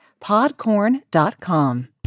Podcorn.com